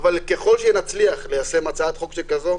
אבל ככל שנצליח ליישם הצעת חוק כזאת,